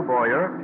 Boyer